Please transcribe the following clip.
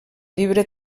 llibre